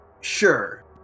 Sure